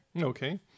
Okay